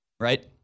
Right